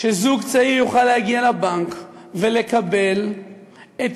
שזוג צעיר יוכל להגיע לבנק ולקבל את